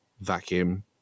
vacuum